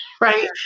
Right